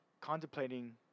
contemplating